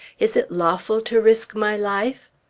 is it lawful to risk my life?